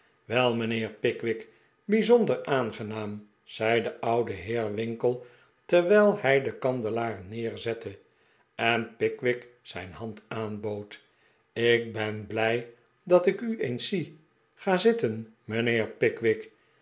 wel mijnheer pickwick bijzonder aangenaam zei de oude heer winkle terwijl hij den kandelaar neerzette en pickwick zijn hand aanbood ik ben blij dat ik u eens zie ga zitten mijnheer pickwick